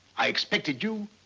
i expected you,